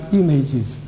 images